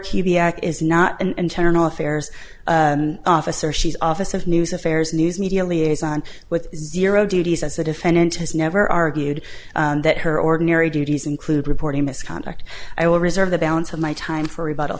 ak is not an internal affairs officer she's office of news affairs news media liaison with zero duties as a defendant has never argued that her ordinary duties include reporting misconduct i will reserve the balance of my time for